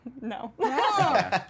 no